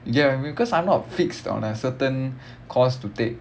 you get what I mean because I'm not fixed on a certain course to take